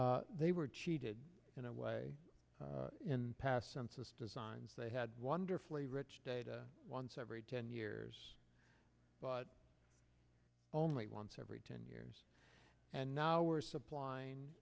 mayor they were cheated in a way in past census designs they had wonderfully rich data once every ten years but only once every ten years and now we're supplying